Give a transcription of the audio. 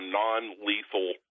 non-lethal